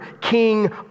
king